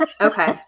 okay